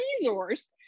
resource